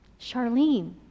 Charlene